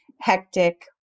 hectic